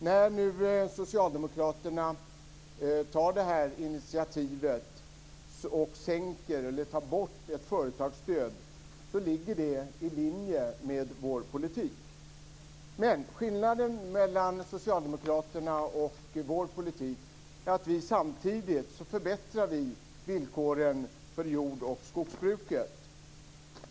Att socialdemokraterna nu tar detta initiativ till att ta bort ett företagsstöd ligger i linje med vår politik. Men skillnaden mellan socialdemokraternas och vår politik är att vi samtidigt förbättrar villkoren för jordoch skogsbruket.